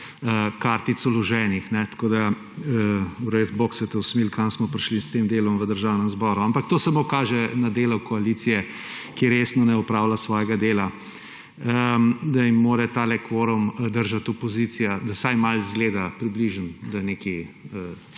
kartic vloženih. Bog se te usmili, kam smo prišli s tem delom v Državnem zboru, ampak to samo kaže na delo koalicije, ki resno ne opravlja svojega dela, da jim mora tale kvorum držati opozicija, da vsaj približno izgleda, da se nekaj